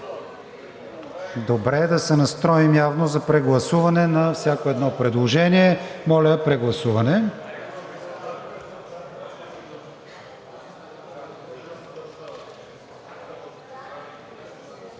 Добре, да се настроим явно за прегласуване на всяко едно предложение. Моля, прегласуване.